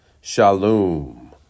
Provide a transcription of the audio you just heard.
Shalom